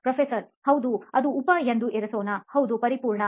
professor ಹೌದು ಅದನ್ನು ಉಪ ಎಂದು ಇರಿಸೋಣ ಹೌದು ಪರಿಪೂರ್ಣ